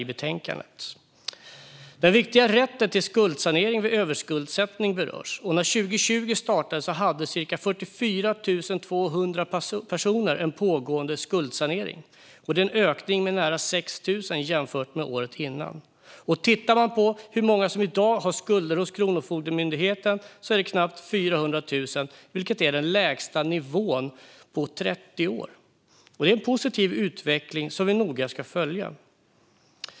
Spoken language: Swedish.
I betänkandet berörs den viktiga rätten till skuldsanering vid överskuldsättning. När år 2020 startade hade ca 44 200 personer en pågående skuldsanering. Det är en ökning med nära 6 000 jämfört med året före. Tittar man på hur många som i dag har skulder hos Kronofogdemyndigheten kan man se att det är knappt 400 000 personer, vilket är den lägsta nivån på 30 år. Det är en positiv utveckling som vi noga ska följa.